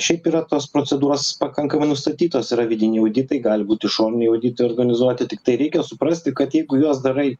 šiaip yra tos procedūros pakankamai nustatytos yra vidiniai auditai gali būt išoniniai auditai organizuoti tiktai reikia suprasti kad jeigu juos darai